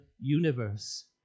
universe